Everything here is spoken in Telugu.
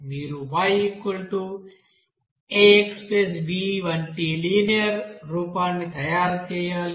మీరుYaXbవంటిలినియర్ రూపాన్నితయారు చేయాలి